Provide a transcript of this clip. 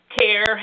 care